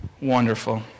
Wonderful